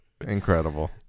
Incredible